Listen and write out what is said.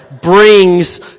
brings